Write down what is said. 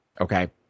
Okay